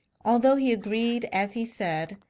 although he agreed, as he said,